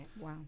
Wow